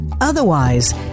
Otherwise